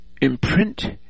imprint